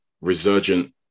resurgent